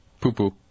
Poo-poo